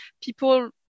people